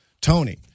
Tony